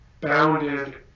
bounded